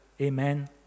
Amen